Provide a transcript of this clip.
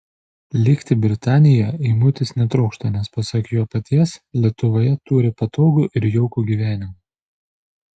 likti britanijoje eimutis netrokšta nes pasak jo paties lietuvoje turi patogų ir jaukų gyvenimą